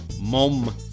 MOM